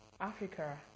Africa